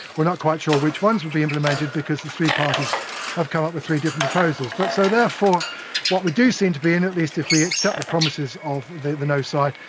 we're not quite sure which ones would be implemented because the three parties have come up with three different proposals. but so therefore what we do seem to be in, at least if we accept the promises of the the no side,